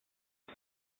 der